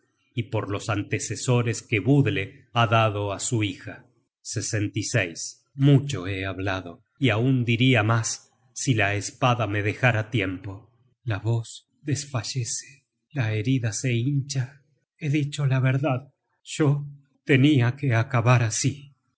y por los antecesores que budle ha dado á su hija mucho he hablado y aun diria mas si la espada me dejara tiempo la voz desfallece la herida se hincha he dicho la verdad yo tenia que acabar así